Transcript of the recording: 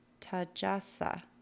Tajasa